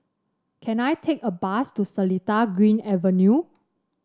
can I take a bus to Seletar Green Avenue